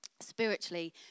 spiritually